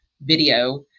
video